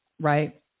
right